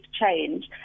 change